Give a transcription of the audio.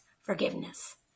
forgiveness